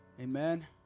Amen